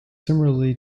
similarly